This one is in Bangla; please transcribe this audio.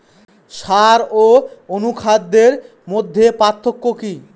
সার ও অনুখাদ্যের মধ্যে পার্থক্য কি?